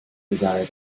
desire